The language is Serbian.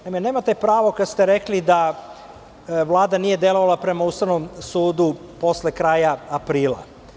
Nemate pravo, kad ste rekli da Vlada nije delovala prema Ustavnom sudu posle kraja aprila.